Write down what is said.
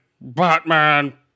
batman